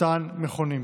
אותם מכונים.